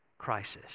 crisis